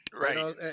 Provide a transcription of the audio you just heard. Right